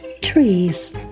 trees